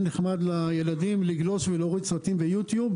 יהיה נחמד לגלוש ולהוריד סרטים ביוטיוב.